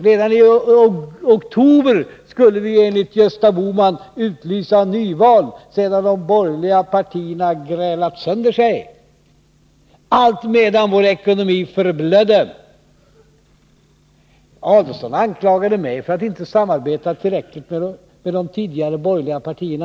Redan i oktober skulle vi, enligt Gösta Bohman, utlysa nyval, sedan de borgerliga partierna grälat sönder sig — allt medan vår ekonomi förblödde. Ulf Adelsohn anklagade mig för att jag inte har samarbetat tillräckligt med de tidigare borgerliga regeringarna.